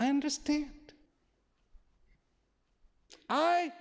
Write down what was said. i understand i